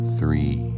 three